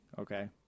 Okay